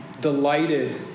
delighted